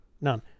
None